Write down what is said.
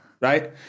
Right